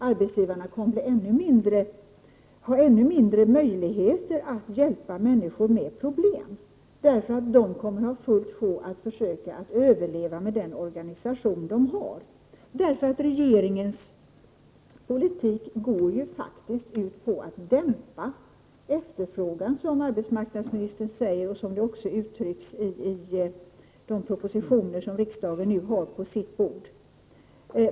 Arbetsgivarna kommer att få ännu mindre möjligheter att hjälpa människor med problem. De kommer att ha fullt sjå med att försöka överleva med den organisation de har därför att regeringens politik faktiskt går ut på att dämpa efterfrågan, som arbetsmarknadsministern säger, och som det också uttrycks i de propositioner som riksdagen nu har på sitt bord.